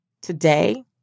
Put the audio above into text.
today